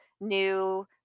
new